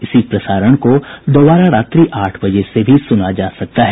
इसी प्रसारण को दोबारा रात्रि आठ बजे से भी सुना जा सकता है